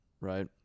right